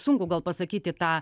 sunku gal pasakyti tą